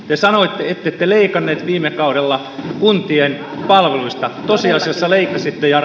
te sanoitte ettette leikanneet viime kaudella kuntien palveluista tosiasiassa leikkasitte ja